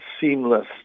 seamless